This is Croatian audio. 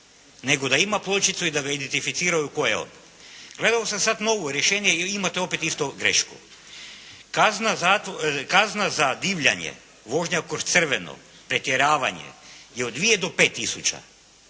nego da ima pločicu i da ga identificiraju tko je on. Gledao sam sada novo rješenje i imate opet isto grešku. Kazna za divljanje, vožnja kroz crveno, pretjeravanje je od 2 do 5